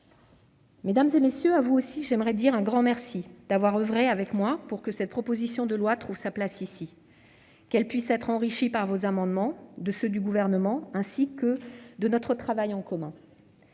messieurs les sénateurs, à vous aussi j'aimerais dire un grand merci, pour avoir oeuvré avec moi afin que cette proposition de loi trouve sa place ici, afin qu'elle puisse être enrichie de vos amendements et de ceux du Gouvernement, ainsi que de notre travail commun.